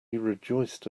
rejoiced